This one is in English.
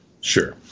Sure